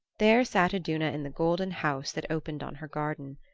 there sat iduna in the golden house that opened on her garden.